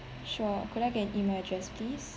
sure could I get your E-mail address please